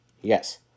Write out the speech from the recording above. Yes